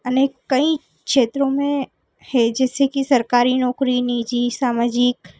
अनेक कई क्षेत्रों में है जैसे कि सरकारी नौकरी निजी सामाजिक